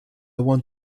want